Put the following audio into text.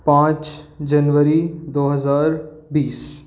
पाँच जनवरी दो हज़ार बीस